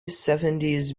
seventies